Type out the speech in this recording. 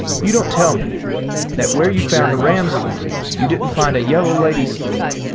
you don't tell me that where you found a ram's horn you didn't find a yellow lady's slipper.